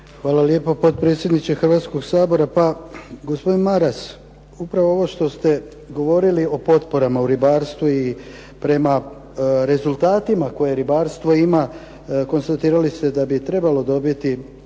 Hvala lijepo potpredsjedniče Hrvatskog sabora. Pa gospodin Maras upravo ovo što ste govorili o potporama u ribarstvu i prema rezultatima koje ribarstvo ima konstatirali ste da bi trebalo dobiti